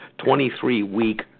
23-week